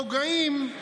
פוגעים,